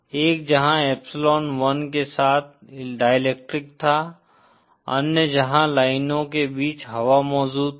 एक जहां एप्सिलॉन 1 के साथ डाईइलेक्ट्रिक था अन्य जहां लाइनों के बीच हवा मौजूद थी